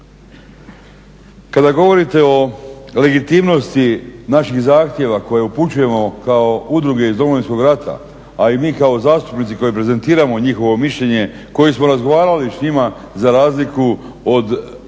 Kada govorite o legitimnosti naših zahtjeva koje upućujemo kao udruge iz Domovinskog rata, a i mi kao zastupnici koji prezentiramo njihovo mišljenje, koji smo razgovarali s njima za razliku od